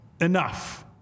Enough